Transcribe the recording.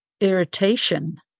irritation